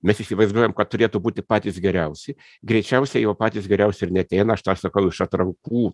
mes įsivaizduojam kad turėtų būti patys geriausi greičiausiai jau patys geriausi ir neateina aš tą sakau iš atrankų